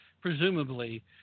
presumably